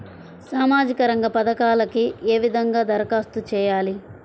సామాజిక రంగ పథకాలకీ ఏ విధంగా ధరఖాస్తు చేయాలి?